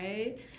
right